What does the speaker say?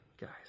guys